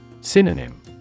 Synonym